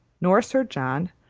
nor sir john,